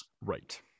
right